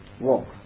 Walk